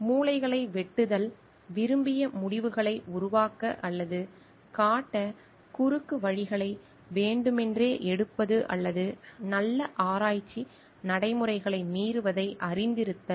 மூலைகளை வெட்டுதல் விரும்பிய முடிவுகளை உருவாக்க அல்லது காட்ட குறுக்குவழிகளை வேண்டுமென்றே எடுப்பது அல்லது நல்ல ஆராய்ச்சி நடைமுறைகளை மீறுவதை அறிந்திருத்தல்